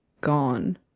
gone